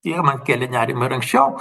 jie man kėlė nerimą ir anksčiau